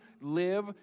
live